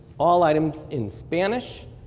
all items in spanish,